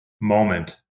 moment